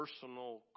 personal